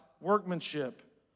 workmanship